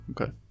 Okay